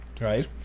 right